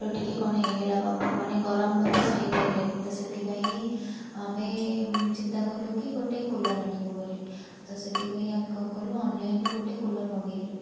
ମୁଣ୍ଡ ଟିକେ କଣ ହେଇଗଲା ମାନେ ଗରମ ବାପା ସହିପାରିଲେନି ତ ସେଥିପାଇଁ ଆମେ ଚିନ୍ତାକଲୁ କି ଗୋଟେ କୁଲର୍ ଆଣିବୁ ବୋଲି ତ ସେଥିପାଇଁ ଆମେ କଣ କଲୁ ଅନଲାଇନ୍ ରୁ ଗୋଟେ କୁଲର୍ ମଗେଇଲୁ